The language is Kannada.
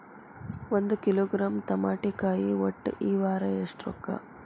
ಒಂದ್ ಕಿಲೋಗ್ರಾಂ ತಮಾಟಿಕಾಯಿ ಒಟ್ಟ ಈ ವಾರ ಎಷ್ಟ ರೊಕ್ಕಾ?